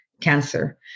cancer